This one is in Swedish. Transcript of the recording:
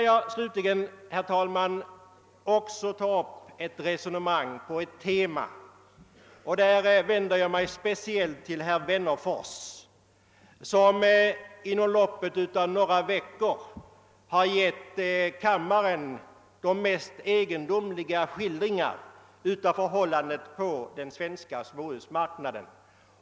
Sedan skall jag också ta upp det resonemang som här förts på ett annat tema. Jag vänder mig då speciellt till herr Wennerfors, som under loppet av några veckor har givit kammarens ledmöter en del mycket egendomliga skildringar av förhållandena på den svenska småhusmarknaden.